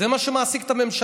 זה מה שמעסיק את הממשלה,